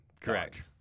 correct